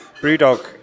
BrewDog